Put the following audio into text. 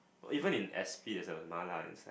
even in S_P there's a mala inside